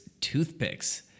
Toothpicks